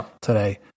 today